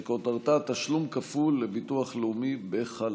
שכותרתה: תשלום כפול לביטוח לאומי בחל"ת.